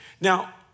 Now